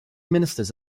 ministers